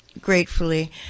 gratefully